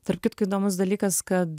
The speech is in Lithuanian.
tarp kitko įdomus dalykas kad